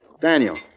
Daniel